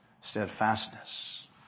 steadfastness